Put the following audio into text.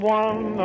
one